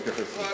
אני אתייחס לזה.